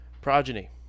Progeny